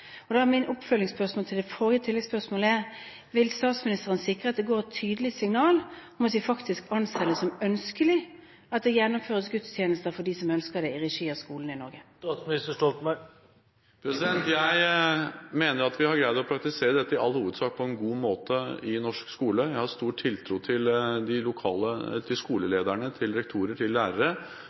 Da er mitt oppfølgingsspørsmål til det forrige spørsmålet: Vil statsministeren sikre at det gis et tydelig signal om at vi faktisk anser det som ønskelig at det gjennomføres gudstjenester for dem som ønsker det, i regi av skolene i Norge? Jeg mener at vi i all hovedsak har greid å praktisere dette på en god måte i norsk skole. Jeg har stor tiltro til de lokale skoleledere, til rektorer og lærere,